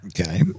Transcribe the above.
Okay